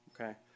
Okay